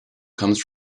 comes